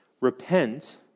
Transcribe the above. Repent